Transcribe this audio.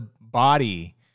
body